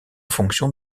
fonction